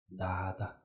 Dada